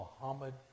Muhammad